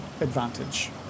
advantage